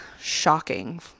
shocking